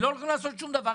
ולא הולכים לעשות שום דבר.